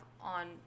on